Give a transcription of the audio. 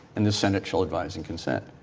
and the senate shall advise and consent.